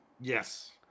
Yes